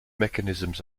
mechanisms